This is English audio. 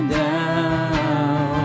down